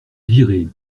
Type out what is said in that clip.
virée